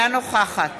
אינה נוכחת